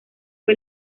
fue